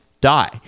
die